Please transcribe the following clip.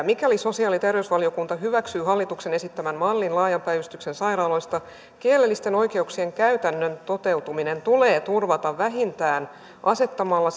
mikäli sosiaali ja terveysvaliokunta hyväksyy hallituksen esittämän mallin laajan päivystyksen sairaaloista kielellisten oikeuksien käytännön toteutuminen tulee turvata vähintään asettamalla